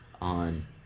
on